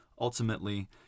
ultimately